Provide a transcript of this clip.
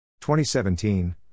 2017